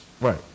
Right